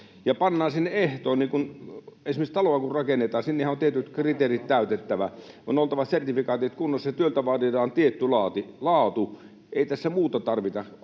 samoin kuin esimerkiksi taloa kun rakennetaan, että on tietyt kriteerit täytettävä, on oltava sertifikaatit kunnossa ja työltä vaaditaan tietty laatu. Ei tässä muuta tarvita.